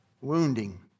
wounding